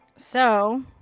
so.